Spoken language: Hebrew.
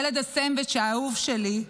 ילד הסנדוויץ' האהוב שלי,